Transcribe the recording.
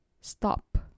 stop